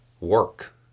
work